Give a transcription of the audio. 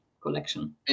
collection